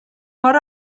mor